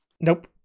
Nope